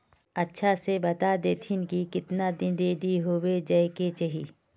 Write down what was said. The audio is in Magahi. अच्छा से बता देतहिन की कीतना दिन रेडी होबे जाय के चही?